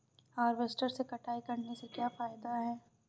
Harvester से कटाई करने से क्या फायदा है?